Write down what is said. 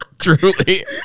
Truly